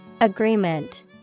Agreement